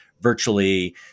virtually